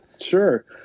Sure